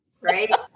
right